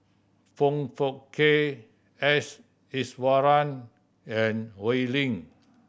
Foong Fook Kay S Iswaran and Oi Lin